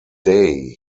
day